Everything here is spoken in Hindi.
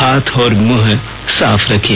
हाथ और मुंह साफ रखें